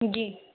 जी